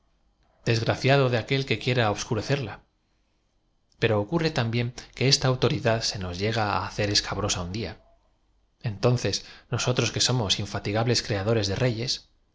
graciado de aquel que quiera obscurecerla pero ocu rre tam biéa que esta autoridad se noa llega á hacer escabrosa un día entonces nosotros que somos infati gables creadores de reyes